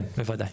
כן בוודאי.